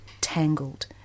tangled